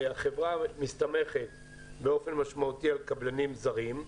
החברה מסתמכת באופן משמעותי על קבלנים זרים,